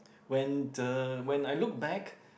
when the when I look back